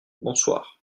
bonsoir